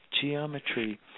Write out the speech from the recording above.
geometry